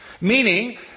Meaning